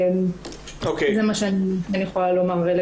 זה מה שאני יכולה לומר.